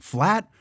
Flat